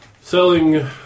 selling